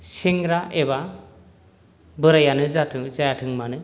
सेंग्रा एबा बोरायानो जाथों जायाथों मानो